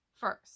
first